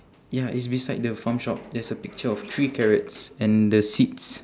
ya it's beside the farm shop there's a picture of three carrots and the seeds